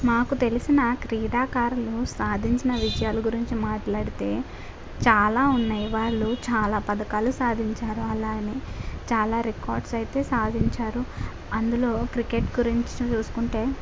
నాకు తెలిసినా క్రీడాకారులు సాధించిన విజయాల గురించి మాట్లాడితే చాలా ఉన్నాయి వాళ్ళు చాలా పథకాలు సాధించారు అలానే చాలా రికార్డ్స్ అయితే సాధించారు అందులో క్రికెట్ గురించి చూసుకుంటే